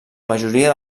majoria